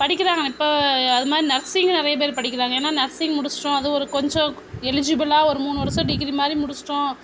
படிக்கிறாங்க ஆனால் இப்போ அது மாதிரி நர்சிங்கு நிறைய பேர் படிக்கிறாங்க ஏன்னால் நர்சிங் முடிச்சிட்டோம் அது ஒரு கொஞ்சம் எலிஜிபில்லாக ஒரு மூணு வருஷம் டிகிரி மாதிரி முடிச்சிட்டோம்